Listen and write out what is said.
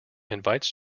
invites